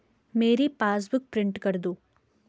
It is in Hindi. मेरी पासबुक प्रिंट कर दो